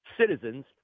citizens